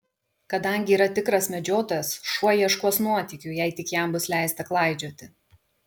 kadangi yra tikras medžiotojas šuo ieškos nuotykių jei tik jam bus leista klaidžioti